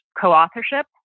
co-authorship